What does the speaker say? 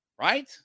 right